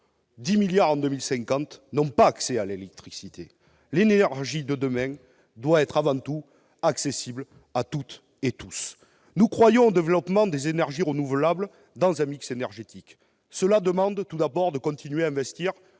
10 milliards en 2050 ! -n'ont pas accès à l'électricité. L'énergie de demain doit être avant tout accessible à toutes et à tous. Nous croyons au développement des énergies renouvelables dans un mix énergétique. Cela demande tout d'abord de continuer à investir